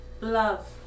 Love